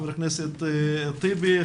חבר הכנסת טיבי,